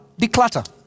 declutter